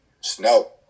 Snow